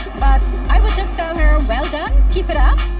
but i would just tell her well done. keep it up,